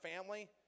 family